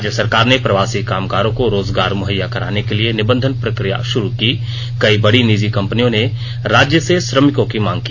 राज्य सरकार ने प्रवासी कामगारों को रोजगार मुहैया कराने के लिए निबंधन प्रकिया शुरू की कई बड़ी निजी कंपनियों ने राज्य से श्रमिकों की मांग की